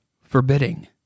forbidding